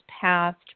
passed